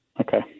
Okay